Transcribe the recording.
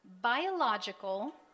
Biological